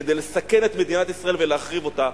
כדי לסכן את מדינת ישראל ולהחריב אותה.